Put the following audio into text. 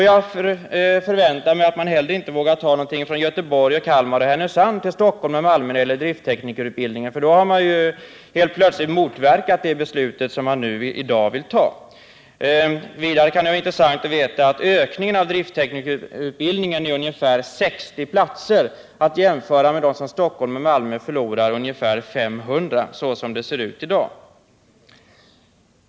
Jag förväntar mig att man heller inte vågar ta något från Göteborg, Kalmar och Härnösand till Stockholm eller Malmö när det gäller driftteknikerutbildningen, för då har man ju helt plötsligt motverkat det beslut som man i dag vill ta. Det kan vara intressant att veta att ökningen av driftteknikerutbildningen uppgår till ungefär 60 platser, att jämföra med de — såsom det ser ut i dag — ungefär 500 platser som Stockholm och Malmö förlorar.